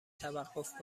توقف